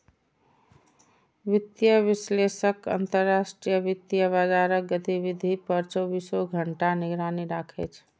वित्तीय विश्लेषक अंतरराष्ट्रीय वित्तीय बाजारक गतिविधि पर चौबीसों घंटा निगरानी राखै छै